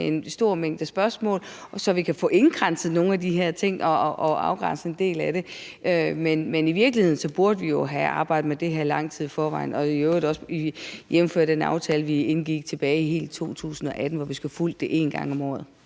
med en stor mængde spørgsmål, så vi kan få indkredset nogle af de her ting og afgrænset en del af det. Men i virkeligheden burde vi jo have arbejdet med det her i lang tid i forvejen, jævnfør i øvrigt også den aftale, vi indgik tilbage i 2018, hvor vi skulle have fulgt det en gang om året.